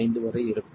5 வரை இருக்கும்